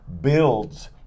builds